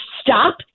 stop